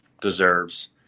deserves